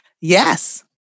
Yes